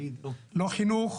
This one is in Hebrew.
לא חינוך,